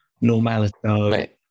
normality